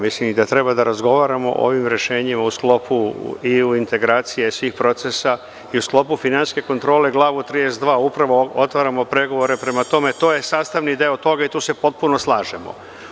Mislim i da treba da razgovaramo o ovim rešenjima u sklopu i u integracijama svih procesa i u sklopu finansijske kontrole, glavu 32, upravo otvaramo pregovore, prema tome to je sastavni deo toga i tu se potpuno slažemo.